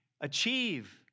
achieve